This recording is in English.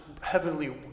heavenly